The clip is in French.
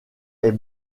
est